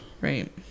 Right